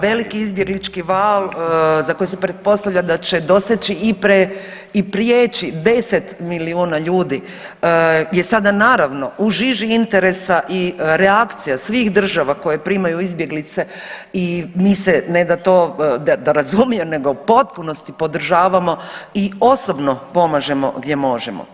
Veliki izbjeglički val za koji se pretpostavlja da će doseći i prijeći 10 milijuna ljudi je sada naravno u žiži interesa i reakcija svih država koje primaju izbjeglice i mi se, ne da razumijem nego u potpunosti podržavamo i osobno pomažemo gdje možemo.